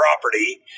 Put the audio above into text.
property